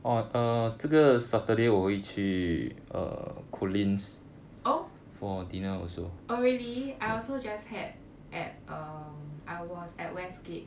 oh oh really I also just had at um I was at westgate